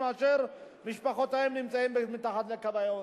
אשר משפחותיהם נמצאים מתחת לקו העוני.